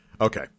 Okay